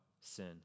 sin